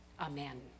Amen